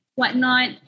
whatnot